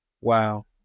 Wow